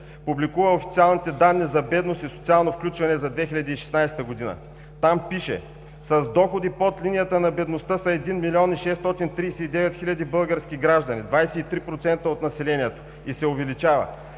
публикува официалните данни за бедност и социално включване за 2016 г. Там пише: „С доходи под линията на бедността са 1 млн. 639 хил. български граждани – 23% от населението, и се увеличават.